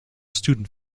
student